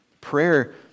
Prayer